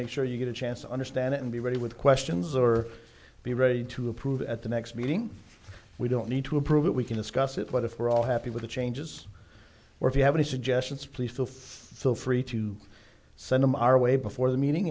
make sure you get a chance to understand it and be ready with questions or be ready to approve at the next meeting we don't need to approve it we can discuss it but if we're all happy with the changes or if you have any suggestions please feel free feel free to send them our way before the meeting